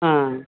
हां